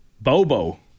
bobo